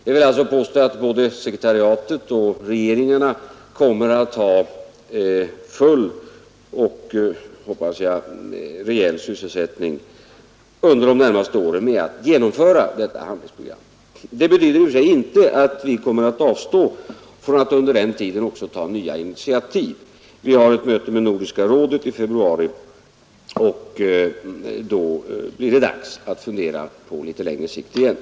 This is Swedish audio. Jag vill alltså påstå att både sekretariatet och regeringarna kommer att ha full och, hoppas jag, rejäl sysselsättning under de närmaste åren med att genomföra detta handlingsprogram. Det betyder emellertid inte att vi kommer att avstå från att under den här tiden också ta nya initiativ. Vi har ett möte med Nordiska rådet i februari, och då blir det dags att fundera på litet längre sikt igen.